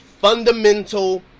fundamental